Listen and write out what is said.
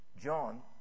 John